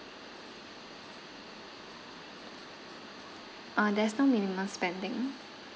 uh there's no minimum spending